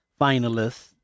finalists